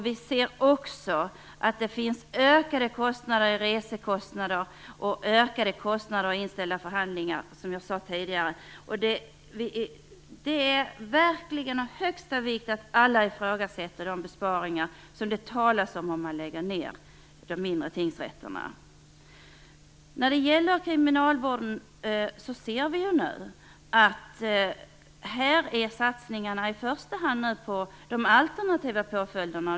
Vi ser också att det finns ökade resekostnader och ökade kostnader för inställda förhandlingar. Det är därför av största vikt att alla ifrågasätter de besparingar som skulle ske om man lägger ned de mindre tingsrätterna. När det gäller kriminalvården ser vi nu att satsningarna i första hand görs på de alternativa påföljderna.